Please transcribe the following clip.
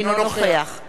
אינו נוכח אינו נוכח.